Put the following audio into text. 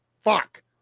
fuck